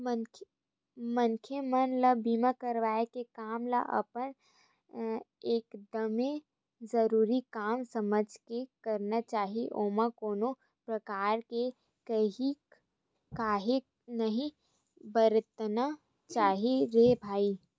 मनखे मन ल बीमा करवाय के काम ल अपन एकदमे जरुरी काम समझ के करना चाही ओमा कोनो परकार के काइही नइ बरतना चाही रे भई